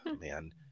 man